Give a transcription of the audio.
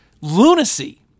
lunacy